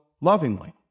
lovingly